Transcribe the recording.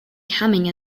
coming